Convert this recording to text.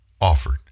offered